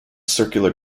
circular